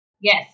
Yes